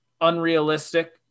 unrealistic